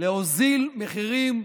להוריד מחירים.